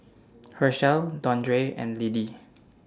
Hershell Dondre and Liddie